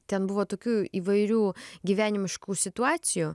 ten buvo tokių įvairių gyvenimiškų situacijų